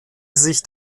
sich